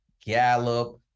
Gallup